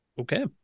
Okay